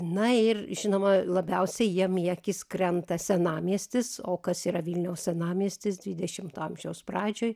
na ir žinoma labiausiai jiem į akis krenta senamiestis o kas yra vilniaus senamiestis dvidešimto amžiaus pradžioj